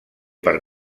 per